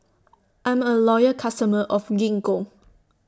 I'm A Loyal customer of Gingko